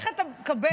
איך אתה מקבל את זה.